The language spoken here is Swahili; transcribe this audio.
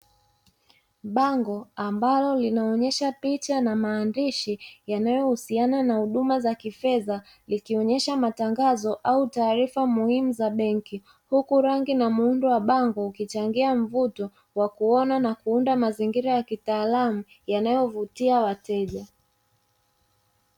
Bango ambalo linaonyesha picha na maandishi, yanayohusiana na huduma za kifedha likionyesha matangazo au taarifa muhimu za benki huku rangi na muundo wa bango, ukichangia mvuto wa kuona na kuunda mazingira ya kitaalamu yanayovutia wateja.